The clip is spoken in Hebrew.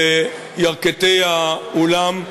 בירכתי האולם.